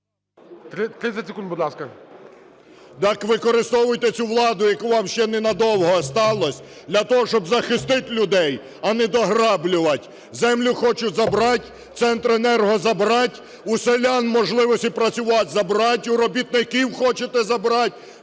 30 секунд, Будь ласка. ЛЯШКО О.В. Так використовуйте цю владу, яку ще вам не на довго осталось, для того, щоб захистити людей, а не дограблювать. Землю хочуть забрать, "Центренерго" забрать, у селян можливості працювати забрать, у робітників хочете забрать.